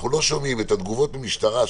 אנחנו לא שומעים את התגובות מהמשטרה,